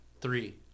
Three